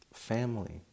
family